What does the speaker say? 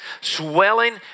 swelling